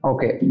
Okay